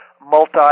multi